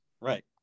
Right